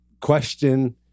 Question